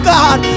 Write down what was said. God